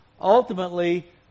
Ultimately